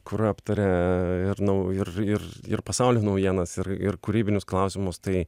kur aptaria ir nau ir ir ir pasaulio naujienas ir ir kūrybinius klausimus tai